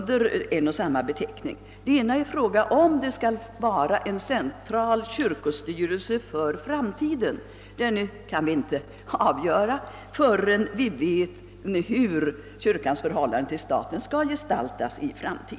Den ena är frågan om det i framtiden skall finnas en kyrklig centralstyrelse. Den kan vi inte avgöra förrän vi vet hur kyrkans förhållande till staten skall gestaltas.